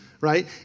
right